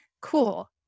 Cool